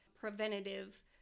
preventative